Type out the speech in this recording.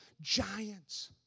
giants